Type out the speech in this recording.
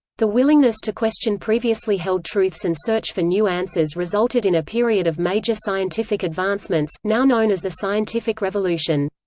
the willingness to question previously held truths and search for new answers resulted in a period of major scientific advancements, now known as the scientific revolution.